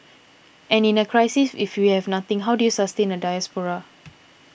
and in a crisis if we have nothing how do you sustain a diaspora